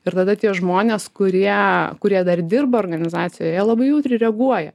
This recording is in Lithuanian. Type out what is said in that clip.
ir tada tie žmonės kurie kurie dar dirba organizacijoj jie labai jautriai reaguoja